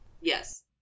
Yes